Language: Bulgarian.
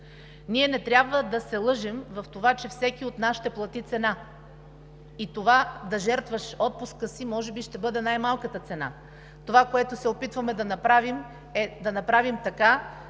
Ние не трябва да се лъжем за това, че всеки от нас ще плати цена, и това да жертваш отпуска си може би ще бъде най-малката цена. Това, което се опитваме да направим, е да направим така,